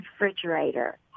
refrigerator